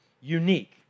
unique